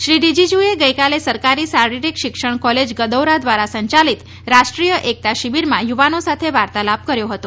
શ્રી રીજીજુએ ગઇકાલે સરકારી શારીરિક શિક્ષણ કોલેજ ગદૌરા દ્વારા સંચાલિત રાષ્ટ્રીય એકતા શિબિરમાં યુવાનો સાથે વાર્તાલાપ કર્યો હતો